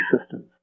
systems